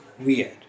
weird